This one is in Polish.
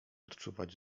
odczuwać